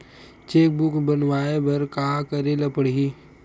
Cheque book बनवाय बर का करे ल पड़हि?